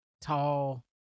tall